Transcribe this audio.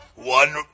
One